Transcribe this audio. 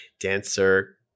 dancer-